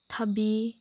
ꯊꯕꯤ